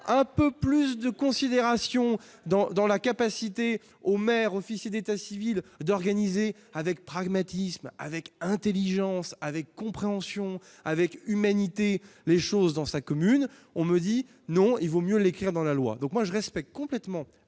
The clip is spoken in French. un peu plus de considération dans dans la capacité au maire, officier d'état civil d'organiser avec pragmatisme avec Intelligence, avec compréhension avec humanité les choses dans sa commune, on me dit non, il vaut mieux l'écrire dans la loi, donc moi je respecte complètement